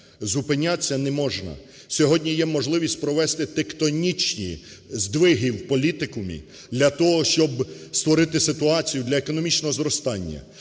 Зупинятися не можна, сьогодні є можливість провести тектонічні здвиги в політикумі для того, щоб створити ситуацію для економічного зростання,